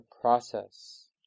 process